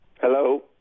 Hello